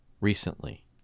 recently